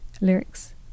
lyrics